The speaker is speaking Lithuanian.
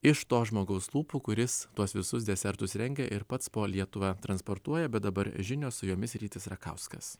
iš to žmogaus lūpų kuris tuos visus desertus rengia ir pats po lietuvą transportuoja bet dabar žinios su jomis rytis rakauskas